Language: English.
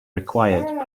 required